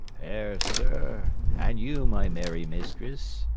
fair sir, and you my merry mistress,